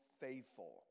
faithful